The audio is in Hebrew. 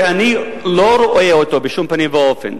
שאני לא רואה אותו בשום פנים ואופן.